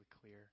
clear